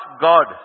God